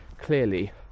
clearly